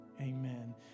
Amen